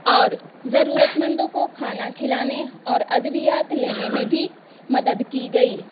اور ضرورت مندوں کو کھانا کھلانے اور ادویات لینے میں بھی مدد کی گئی